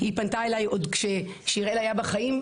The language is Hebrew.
היא פנתה אליי עוד כששיראל היה בחיים,